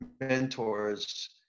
mentors